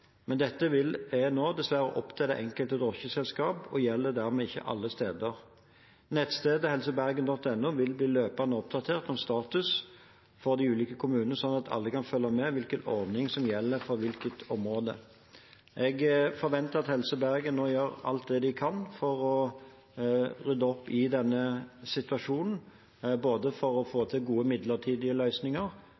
Men dette er nå dessverre opp til det enkelte drosjeselskap og gjelder dermed ikke alle steder. Nettstedet helse-bergen.no vil bli løpende oppdatert om status for de ulike kommunene, slik at alle kan følge med på hvilke ordninger som gjelder for hvilket område. Jeg forventer at Helse Bergen nå gjør alt de kan for å rydde opp i denne situasjonen, både for å få